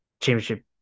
championship